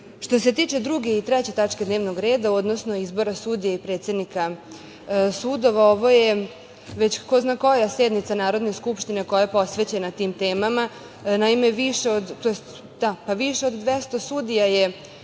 se tiče druge i treće tačke dnevnog reda, odnosno izbora sudija i predsednika sudova, ovo je već ko zna koja sednica Narodne skupštine koja je posvećena tim temama. Naime, više od 200 sudija je